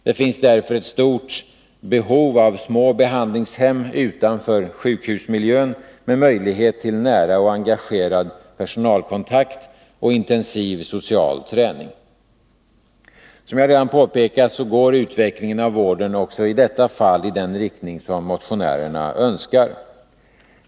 Det finns därför ett stort behov av små behandlingshem utanför sjukhusmiljön med möjlighet till nära och engagerad personalkontakt samt intensiv social träning. Som jag redan påpekat går utvecklingen av vården också i detta fall i den riktning motionärerna önskar.